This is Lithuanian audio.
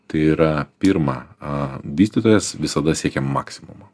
tai yra pirma vystytojas visada siekia maksimumo